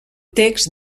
text